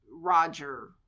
Roger